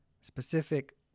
specific